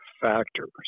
factors